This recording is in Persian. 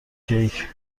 کیک